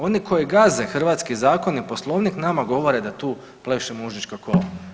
Oni koji gaze hrvatski zakon i Poslovnik nama govore da tu plešemo užička kola.